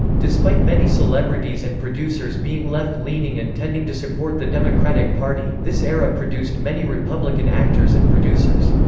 despite many celebrities and producers being left-leaning and tending to support the democratic party, this era produced many republican actors and producers.